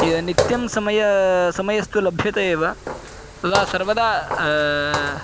ये नित्यं समयः समयस्तु लभ्यते एव तदा सर्वदा